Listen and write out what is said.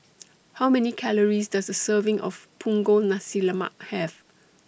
How Many Calories Does A Serving of Punggol Nasi Lemak Have